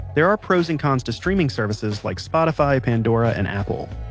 there are pros and cons to streaming services like spotify, pandora, and apple.